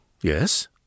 Yes